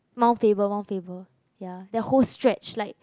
Mount Faber Mount Faber ya that whole stretch like